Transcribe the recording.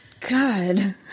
God